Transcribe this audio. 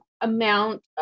amount